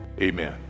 amen